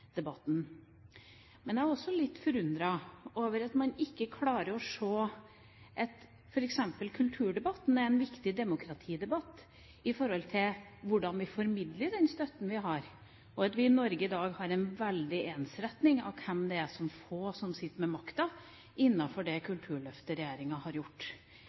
debatten. Men jeg er også litt forundret over at man ikke klarer å se at f.eks. kulturdebatten er en viktig demokratidebatt med tanke på hvordan vi formidler den støtten vi har, at vi i Norge i dag har en veldig ensretting med tanke på hvem – de få – som sitter med makten innenfor det kulturløftet regjeringa har gjort,